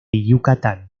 yucatán